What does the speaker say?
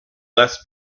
less